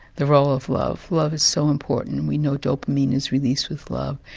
the role of love. love is so important, we know dopamine is released with love,